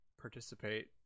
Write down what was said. participate